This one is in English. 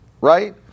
right